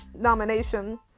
nomination